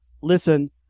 Listen